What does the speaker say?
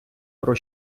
про